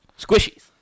Squishies